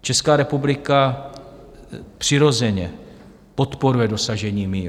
Česká republika přirozeně podporuje dosažení míru.